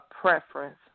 preference